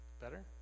Better